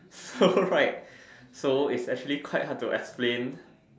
so right so it's actually quite hard to explain